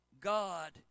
God